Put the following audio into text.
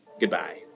Goodbye